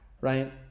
Right